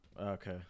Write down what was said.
Okay